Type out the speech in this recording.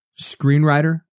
screenwriter